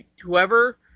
whoever